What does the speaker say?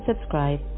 subscribe